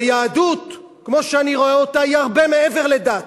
ויהדות, כמו שאני רואה אותה, היא הרבה מעבר לדת,